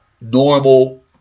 normal